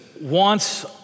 wants